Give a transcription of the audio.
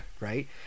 right